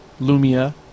Lumia